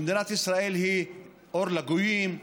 שמדינת ישראל היא אור לגויים,